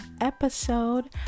episode